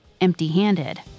empty-handed